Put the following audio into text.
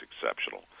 exceptional